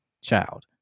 child